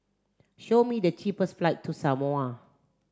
show me the cheapest flight to Samoa